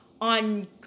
on